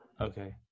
Okay